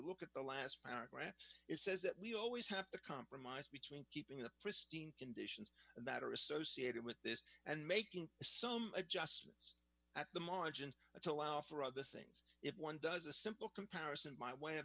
look at the last paragraph it says that we always have to compromise between keeping the pristine conditions that are associated with this and making some adjustments at the margin to allow for other things if one does a simple comparison by way of